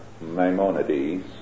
Maimonides